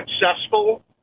successful